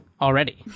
already